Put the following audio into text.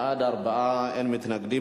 בעד, 4, אין מתנגדים.